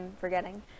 forgetting